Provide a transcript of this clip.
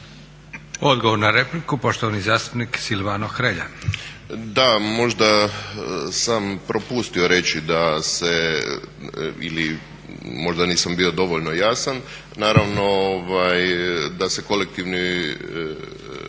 Odgovor na repliku, poštovani zastupnik Silvano Hrelja.